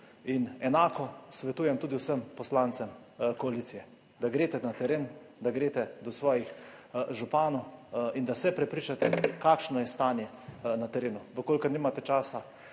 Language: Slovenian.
In enako svetujem tudi vsem poslancem koalicije, da greste na teren, da greste do svojih županov in da se prepričate kakšno je stanje na terenu. V kolikor nimate časa,